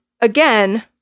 again